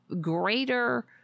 greater